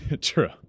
True